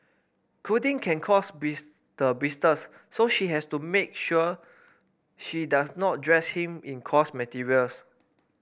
clothing can cause the blisters so she has to make sure she does not dress him in coarse materials